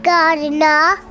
Gardener